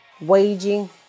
Waging